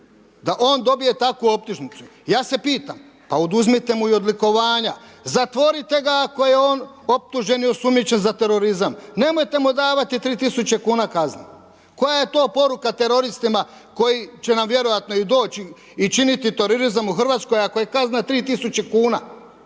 da on dobije takvu optužnicu. Ja se pitam. Pa oduzmite mu i odlikovanja, zatvorite ga ako je optužen i osumnjičen za terorizam. Nemojte mu davati 3 tisuće kuna kazne. Koja je to poruka teroristima koji će nam vjerojatno i doći i činiti terorizam u Hrvatskoj ako je kazna 3 tisuća